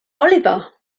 oliver